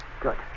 Good